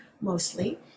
mostly